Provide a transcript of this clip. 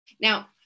Now